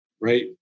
right